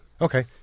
Okay